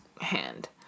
hand